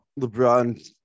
LeBron